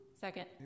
Second